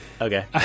okay